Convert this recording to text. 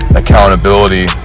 accountability